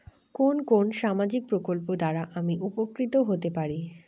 কোন কোন সামাজিক প্রকল্প দ্বারা আমি উপকৃত হতে পারি?